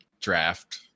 draft